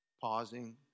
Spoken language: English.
pausing